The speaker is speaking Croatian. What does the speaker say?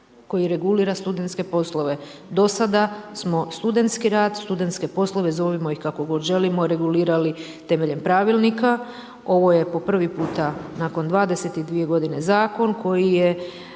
koji regulira studentske poslove. Do sada smo studentski rad, studentske poslove, zovimo ih kako god želimo, regulirali temeljem pravilnika, ovo je po prvi puta nakon 22 g. zakon koji je